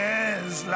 Yes